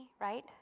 right